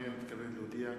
הנני מתכבד להודיע,